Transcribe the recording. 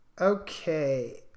Okay